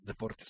Deportes